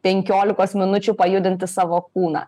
penkiolikos minučių pajudinti savo kūną